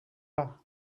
pas